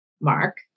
Mark